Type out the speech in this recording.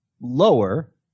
lower